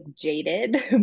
jaded